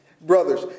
Brothers